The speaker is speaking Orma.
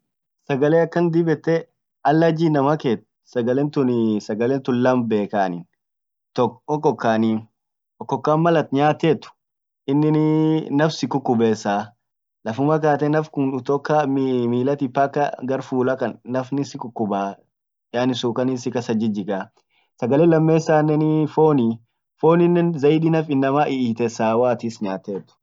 Sagale akan dib yette alaji inama keett sagalen tunii sagalen tun lam beeka anin tok okokkanii okokan mal at nyaatet innini naf sikukubessa lafuma kaate nafkun kutoka milatif mpaka gar fuula kan nafnin sikukubaa yani sukani sikasa jijigaa sagale lamesaneni fooni. fooninen zaidi naf innama iitessa woat is nyaatet.